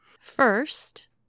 First